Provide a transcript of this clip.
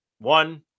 One